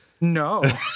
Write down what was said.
No